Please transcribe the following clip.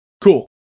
Cool